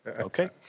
Okay